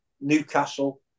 Newcastle